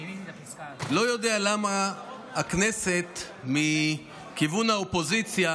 לא יודע למה הכנסת מכיוון האופוזיציה